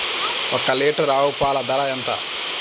ఒక్క లీటర్ ఆవు పాల ధర ఎంత?